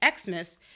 Xmas